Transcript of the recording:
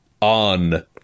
on